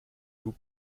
vous